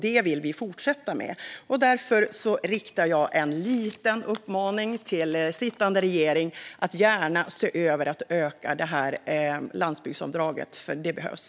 Det vill vi ska fortsätta. Därför riktar jag en liten uppmaning till sittande regering om att gärna se över att öka landsbygdsavdraget. Det behövs.